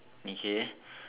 okay